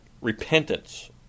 repentance